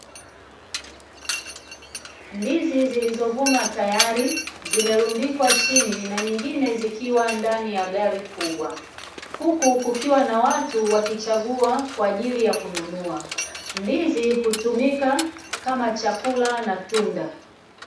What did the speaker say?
Ndizi zilizovunwa tayari zimerundikwa chini na nyingine zikiwa ndani ya gari kubwa, huku kukiwa na watu wakichagua kwa ajili ya kununua. Ndizi hutumika kama chakula na tunda.